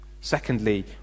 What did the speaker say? Secondly